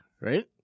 right